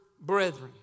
brethren